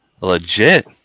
Legit